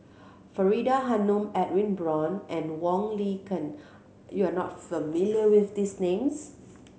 Faridah Hanum Edwin Brown and Wong Li Ken you are not familiar with these names